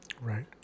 Right